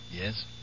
yes